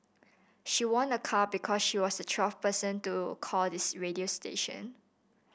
she won a car because she was the twelfth person to call this radio station